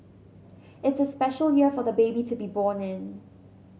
it's a special year for the baby to be born in